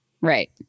Right